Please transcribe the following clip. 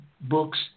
books